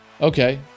okay